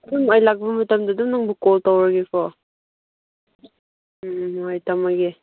ꯑꯗꯨꯝ ꯑꯩ ꯂꯥꯛꯄ ꯃꯇꯝꯗ ꯑꯗꯨꯝ ꯅꯪꯕꯨ ꯀꯣꯜ ꯇꯧꯔꯒꯦꯀꯣ ꯍꯣꯏ ꯊꯝꯃꯒꯦ